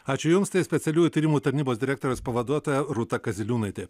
ačiū jums tai specialiųjų tyrimų tarnybos direktorės pavaduotoja rūta kaziliūnaitė